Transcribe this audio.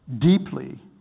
deeply